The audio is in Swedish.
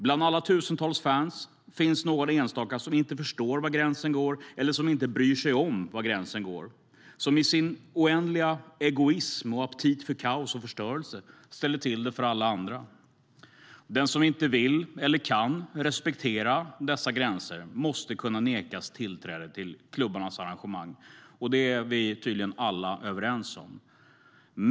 Bland alla tusentals fans finns några enstaka som inte förstår var gränsen går eller inte bryr sig om var gränsen går, som i sin oändliga egoism och aptit för kaos och förstörelse ställer till det för alla andra. Den som inte vill eller kan respektera dessa gränser måste kunna nekas tillträde till klubbarnas arrangemang, och det är vi tydligen alla överens om.